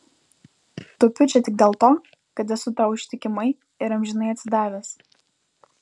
tupiu čia tik dėl to kad esu tau ištikimai ir amžinai atsidavęs